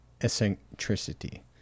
eccentricity